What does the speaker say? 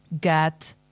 get